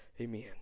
Amen